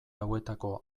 hauetako